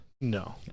no